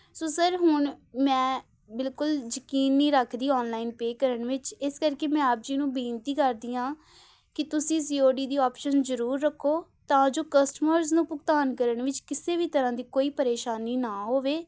ਸੋ sir ਹੁਣ ਮੈਂ ਬਿਲਕੁਲ ਯਕੀਨ ਨਹੀਂ ਰੱਖਦੀ ਔਨਲਾਈਨ ਪੇ ਕਰਨ ਵਿੱਚ ਇਸ ਕਰਕੇ ਮੈਂ ਆਪ ਜੀ ਨੂੰ ਬੇਨਤੀ ਕਰਦੀ ਹਾਂ ਕਿ ਤੁਸੀਂ ਸੀ ਓ ਡੀ ਦੀ ਆਪਸ਼ਨ ਜ਼ਰੂਰ ਰੱਖੋ ਤਾਂ ਜੋ ਕਸਟਮਰਸ ਨੂੰ ਭੁਗਤਾਨ ਕਰਨ ਵਿੱਚ ਕਿਸੇ ਵੀ ਤਰ੍ਹਾਂ ਦੀ ਕੋਈ ਪਰੇਸ਼ਾਨੀ ਨਾ ਹੋਵੇ